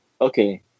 okay